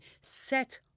set